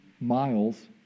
miles